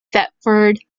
thetford